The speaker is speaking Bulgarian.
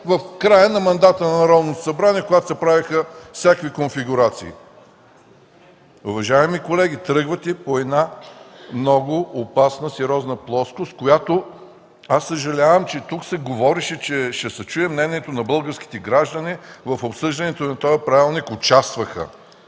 в края на мандата на Народното събрание, когато се правеха всякакви конфигурации. (Реплики от ДПС.) Уважаеми колеги, тръгвате по много опасна, сериозна плоскост. Съжалявам, но тук се говореше, че ще се чуе мнението на българските граждани. В обсъждането на този Правилник участваха